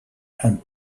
and